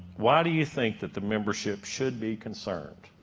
why do you think that the membership should be concerned,